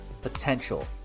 Potential